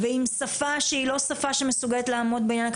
ועם שפה שהיא לא שפה מסוגלת לעמוד בדרישה אקדמית.